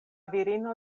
virino